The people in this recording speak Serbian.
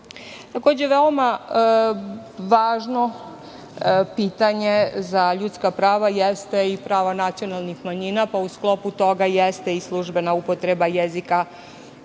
učinjen. Takođe, veoma važno pitanje za ljudska prava jeste i pravo nacionalnih manjina, pa u sklopu toga jeste i službena upotreba jezika